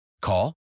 Call